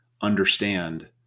understand